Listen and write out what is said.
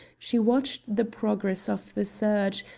she watched the progress of the search,